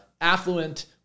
affluent